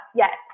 yes